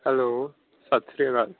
hello ਸਤਿ ਸ਼੍ਰੀ ਅਕਾਲ